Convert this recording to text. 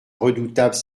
redoutable